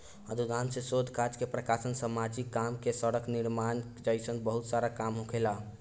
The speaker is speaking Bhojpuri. अनुदान से शोध काज प्रकाशन सामाजिक काम सड़क निर्माण जइसन बहुत सारा काम होखेला